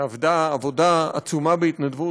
שעבדה עבודה עצומה בהתנדבות.